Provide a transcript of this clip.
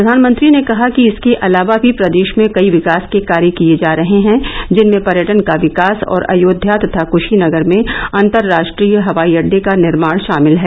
प्रधानमंत्री ने कहा कि इसके अलावा भी प्रदेश में कई विकास के कार्य किए जा रहे हैं जिनमें पर्यटन का विकास और अयोध्या तथा क्शीनगर में अंतर्राष्ट्रीय हवाई अड्डे का निर्माण शामिल है